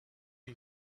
une